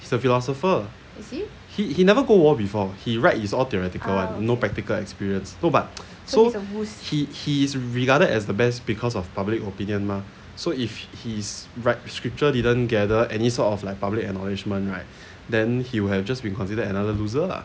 he is a philosopher he he he never go war before he write is all theoretical [one] no practical experience no but so he he is regarded as the best because of public opinion mah so if he's write scripture didn't gather any sort of like public acknowledgement right then he will have just been considered another loser lah